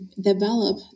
develop